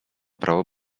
prawo